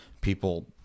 people